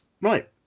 right